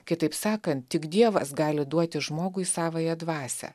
kitaip sakant tik dievas gali duoti žmogui savąją dvasią